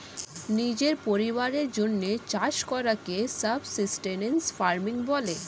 নিজের পরিবারের জন্যে চাষ করাকে সাবসিস্টেন্স ফার্মিং বলে